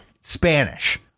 Spanish